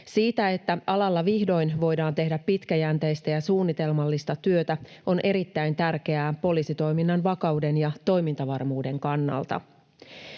Se, että alalla vihdoin voidaan tehdä pitkäjänteistä ja suunnitelmallista työtä, on erittäin tärkeää poliisitoiminnan vakauden ja toimintavarmuuden kannalta.